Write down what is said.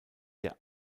der